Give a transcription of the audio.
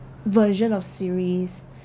version of siris